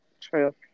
True